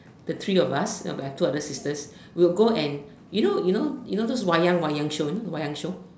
the three of us I have two other sisters we will go and you know you know you know those wayang wayang show you know the wayang show